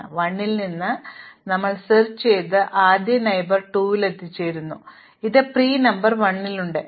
1 ൽ നിന്ന് നമ്മൾ പര്യവേക്ഷണം ചെയ്യുന്ന ആദ്യത്തെ അയൽക്കാരൻ 2 ആണ് അതിനാൽ ഇതിന് പ്രീ നമ്പർ 1 ഉണ്ട് എന്നാൽ 2 ന് കൂടുതൽ വിജയങ്ങളില്ല